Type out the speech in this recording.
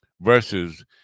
versus